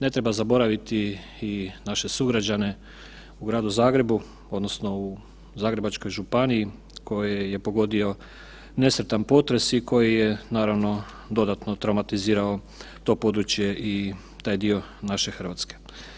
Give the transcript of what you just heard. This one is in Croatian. Ne treba zaboraviti i naše sugrađane u gradu Zagrebu odnosno u Zagrebačkoj županiji koje je pogodio nesretan potres i koji je naravno dodatno traumatizirao to područje i taj dio naše Hrvatske.